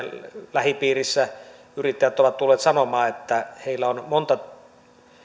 lähipiirissä yrittäjät ovat tulleet sanomaan että heillä on monta